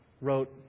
wrote